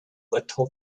little